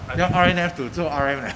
要 R_N_F to 做 R_M leh